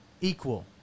equal